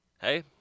hey